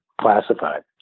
classified